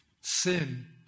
Sin